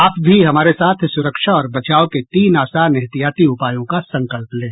आप भी हमारे साथ सुरक्षा और बचाव के तीन आसान एहतियाती उपायों का संकल्प लें